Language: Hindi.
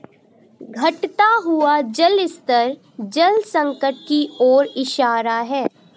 घटता हुआ जल स्तर जल संकट की ओर इशारा है